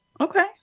Okay